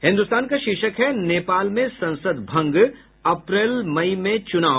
हिन्द्रस्तान का शीर्षक है नेपाल में संसद भंग अप्रैल मई में चुनाव